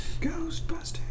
Ghostbusters